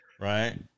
right